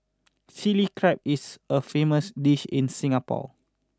Chilli Crab is a famous dish in Singapore